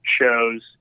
shows